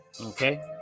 okay